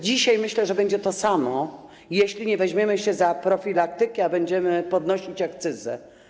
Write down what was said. Dzisiaj myślę, że będzie to samo, jeśli nie weźmiemy się za profilaktykę, a będziemy podnosić akcyzę.